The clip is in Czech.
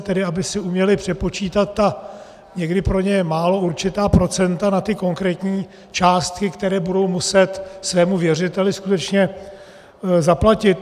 Tedy aby si uměli přepočítat, a někdy pro ně jen málo určitá procenta, na ty konkrétní částky, které budou muset svému věřiteli skutečně zaplatit.